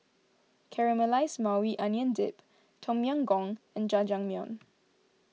Caramelized Maui Onion Dip Tom Yam Goong and Jajangmyeon